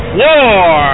war